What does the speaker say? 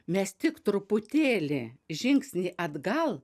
mes tik truputėlį žingsnį atgal